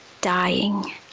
dying